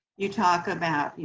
you talk about, you